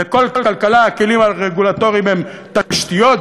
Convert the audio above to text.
בכל כלכלה הכלים הרגולטוריים הם תשתיות,